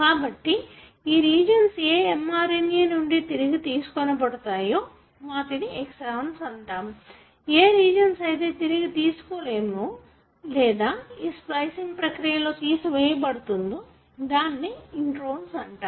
కాబట్టి ఈ రీజన్స్ ఏ mRNA నుండి తిరిగి తీసుకొనబడతాయో వాటిని ఎక్సన్స్ అంటారు ఏ రీజన్స్ అయితే తిరిగి తీసుకోలేమో లేదా ఈ స్ప్లిసింగ్ ప్రక్రియలో తీసివేయబడుతుందో దానినే ఇంట్రోన్స్ అంటాము